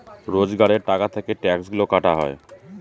রোজগারের টাকা থেকে ট্যাক্সগুলা কাটা হয়